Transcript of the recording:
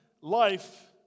life